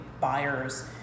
buyers